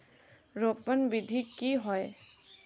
रोपण विधि की होय?